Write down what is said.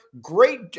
Great